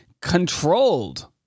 controlled